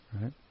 Right